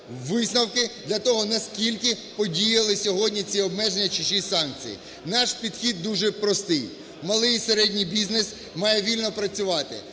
висновки для того, наскільки подіяли сьогодні ці обмеження чи ці санкції. Наш підхід дуже простий. Малий і середній бізнес має вільно працювати.